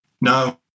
no